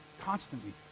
constantly